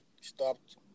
stopped